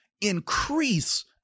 increase